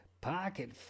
Pocket